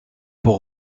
pour